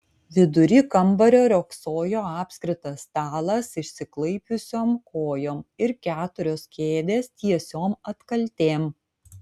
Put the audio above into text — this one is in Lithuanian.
vidury kambario riogsojo apskritas stalas išsiklaipiusiom kojom ir keturios kėdės tiesiom atkaltėm